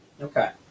Okay